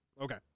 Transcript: Okay